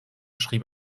schrieb